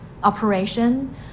Operation